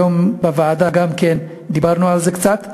היום גם דיברנו על זה קצת בוועדה,